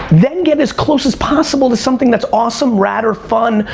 then get as close as possible to something that's awesome, rad, or fun,